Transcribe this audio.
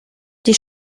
die